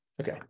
Okay